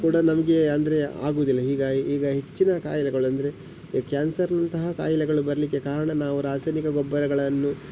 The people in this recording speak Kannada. ಕೂಡ ನಮಗೆ ಅಂದರೆ ಆಗುವುದಿಲ್ಲ ಈಗ ಈಗ ಹೆಚ್ಚಿನ ಕಾಯಿಲೆಗಳು ಅಂದರೆ ಈ ಕ್ಯಾನ್ಸರ್ನಂತಹ ಕಾಯಿಲೆಗಳು ಬರಲಿಕ್ಕೆ ಕಾರಣ ನಾವು ರಾಸಾಯನಿಕ ಗೊಬ್ಬರಗಳನ್ನು